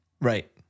Right